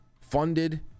funded